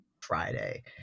Friday